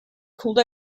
called